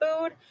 food